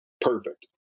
perfect